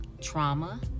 trauma